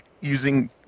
using